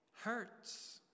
hurts